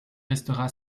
restera